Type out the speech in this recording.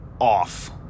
Off